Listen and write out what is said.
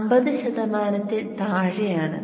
50 ശതമാനത്തിൽ താഴെയാണ്